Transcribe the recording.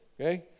okay